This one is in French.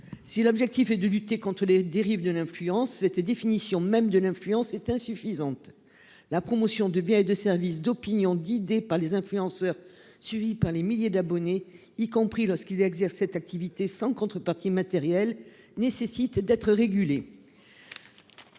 Si l'objectif est de lutter contre les dérives de l'influence cette définition même de l'influence est insuffisante. La promotion de biens et de services d'opinion d'idées par les influenceurs suivis par les milliers d'abonnés y compris lorsqu'il exerçait activité sans contrepartie matérielle nécessite d'être régulées.